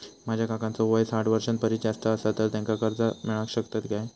माझ्या काकांचो वय साठ वर्षां परिस जास्त आसा तर त्यांका कर्जा मेळाक शकतय काय?